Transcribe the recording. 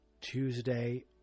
Tuesday